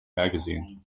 magazine